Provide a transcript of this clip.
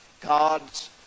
God's